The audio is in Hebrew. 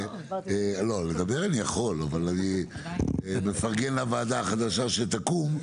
לדבר אני יכול, אני מפרגן לוועדה החדשה שתקום,